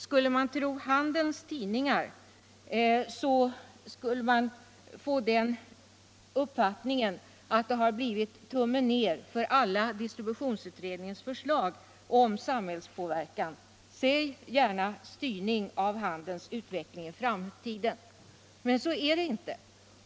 Skulle man tro handelns tidningar skulle man få den uppfattningen att det har blivit tummen ner för alla distributionsutredningens förslag om samhällspåverkan — säg gärna styrning av handelns utveckling i framtiden. Men så är det inte.